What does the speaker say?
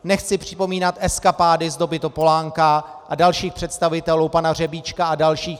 Nechci připomínat eskapády z doby Topolánka a dalších představitelů, pana Řebíčka a dalších.